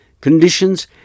conditions